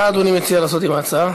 מה אדוני מציע לעשות עם ההצעה?